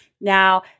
now